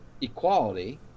equality